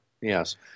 Yes